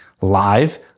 live